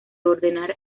ordenar